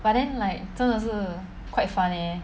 but then like 真的是 quite fun leh